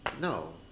No